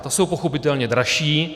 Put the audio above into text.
Ta jsou pochopitelně dražší.